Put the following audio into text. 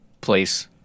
place